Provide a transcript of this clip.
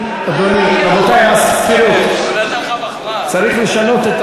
רבותי, המזכירות, צריך לשנות את